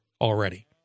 already